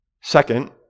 Second